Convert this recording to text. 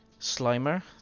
slimer